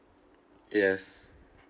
yes